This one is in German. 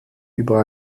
über